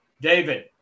David